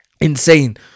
Insane